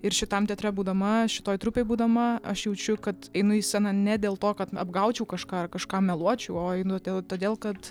ir šitam teatre būdama šitoj trupėj būdama aš jaučiu kad einu į sceną ne dėl to kad apgaučiau kažką ar kažkam meluočiau o einu todėl kad